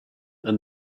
and